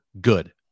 good